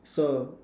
so